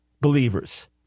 believers